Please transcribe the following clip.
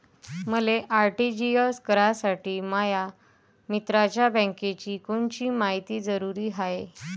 मले आर.टी.जी.एस करासाठी माया मित्राच्या बँकेची कोनची मायती जरुरी हाय?